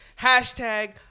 Hashtag